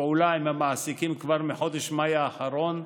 פעולה עם המעסיקים כבר מחודש מאי האחרון,